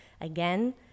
Again